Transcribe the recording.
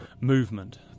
movement